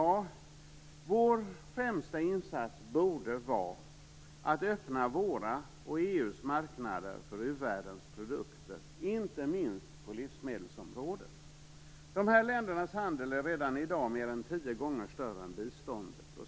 Vår främsta insats borde vara att öppna våra och EU:s marknader för uvärldens produkter, inte minst på livsmedelsområdet. Dessa länders handel är redan i dag mer än tio gånger större än biståndet.